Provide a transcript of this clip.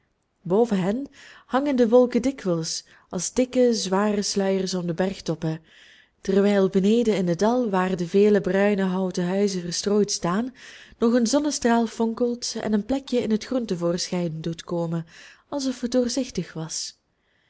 boven hen hangen de wolken dikwijls als dikke zware sluiers om de bergtoppen terwijl beneden in het dal waar de vele bruine houten huizen verstrooid staan nog een zonnestraal fonkelt en een plekje in het groen te voorschijn doet komen alsof het doorzichtig was